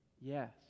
Yes